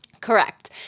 Correct